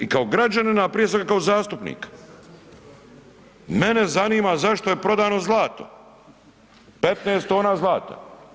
Mene kao građanina, a prije svega kao zastupnika mene zanima zašto je prodano zlato 15 tona zlata?